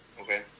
Okay